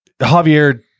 javier